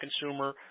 consumer